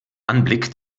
anblick